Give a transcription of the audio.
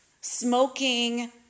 smoking